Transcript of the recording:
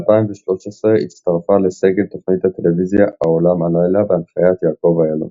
ב-2013 הצטרפה לסגל תוכנית הטלוויזיה "העולם הלילה" בהנחיית יעקב אילון.